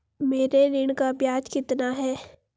मेरे ऋण का ब्याज कितना है?